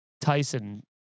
Tyson